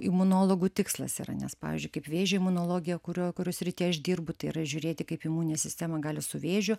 imunologų tikslas yra nes pavyzdžiui kaip vėžio imunologija kurio kurio srityje aš dirbu tai yra žiūrėti kaip imuninė sistema gali su vėžiu